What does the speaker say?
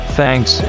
Thanks